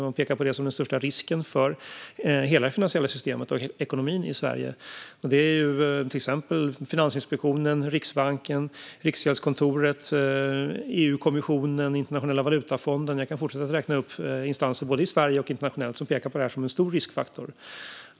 Man pekar på det som den största risken för hela det finansiella systemet och ekonomin i Sverige. Finansinspektionen, Riksbanken, Riksgäldskontoret, EU-kommissionen och Internationella valutafonden - jag kan fortsätta att räkna upp instanser både i Sverige och internationellt - pekar på detta som en stor riskfaktor.